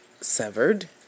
severed